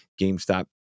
GameStop